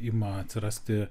ima atsirasti